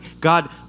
God